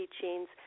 teachings